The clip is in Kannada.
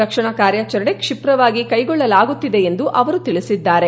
ರಕ್ಷಣಾ ಕಾರ್ಯಾಚರಣೆ ಕ್ಷಿಪ್ರವಾಗಿ ಕೈಗೊಳ್ಳಲಾಗುತ್ತಿದೆ ಎಂದು ಅವರು ತಿಳಿಸಿದ್ದಾರೆ